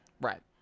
Right